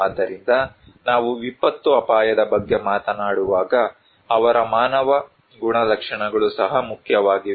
ಆದ್ದರಿಂದ ನಾವು ವಿಪತ್ತು ಅಪಾಯದ ಬಗ್ಗೆ ಮಾತನಾಡುವಾಗ ಅವರ ಮಾನವ ಗುಣಲಕ್ಷಣಗಳು ಸಹ ಮುಖ್ಯವಾಗಿವೆ